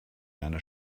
einer